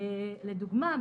לדוגמה,